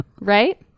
Right